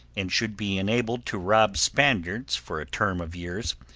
and should be enabled to rob spaniards for a term of years,